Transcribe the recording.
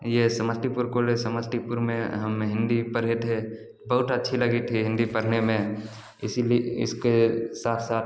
यह समस्तीपुर कॉलेज समस्तीपुर में हम हिन्दी पढ़े थे बहुट अच्छी लगी थी हिन्दी पढ़ने में इसी भी इसके साथ साथ